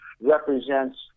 represents